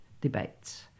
debates